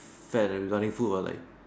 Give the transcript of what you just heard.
fad regarding food ah like